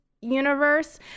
universe